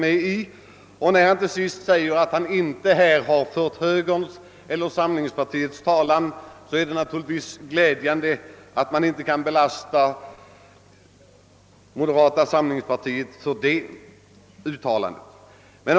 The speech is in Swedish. När han till sist säger att han inte har fört moderata samlingspartiets talan är det därför med glädje man konstaterar att man inte kan belasta moderata samlingspartiet för hans uttalanden.